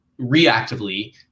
reactively